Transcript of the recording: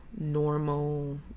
normal